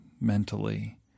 mentally